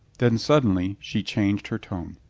then suddenly she changed her tone.